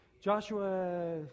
Joshua